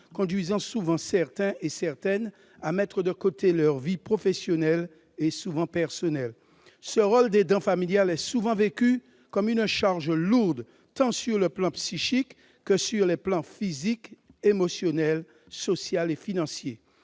conduisant souvent certains et certaines à mettre de côté leur vie professionnelle, voire leur vie personnelle. Ce rôle d'aidant familial est souvent vécu comme une charge lourde, tant sur le plan psychique que sur les plans physique, émotionnel, social et financier.